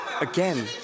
again